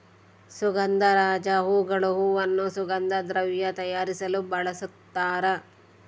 ಸುಗಂಧರಾಜ ಹೂಗಳು ಹೂವನ್ನು ಸುಗಂಧ ದ್ರವ್ಯ ತಯಾರಿಸಲು ಬಳಸ್ತಾರ